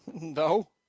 No